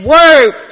Word